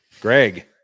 Greg